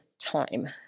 time